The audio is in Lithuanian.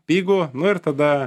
pigų nu ir tada